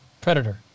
predator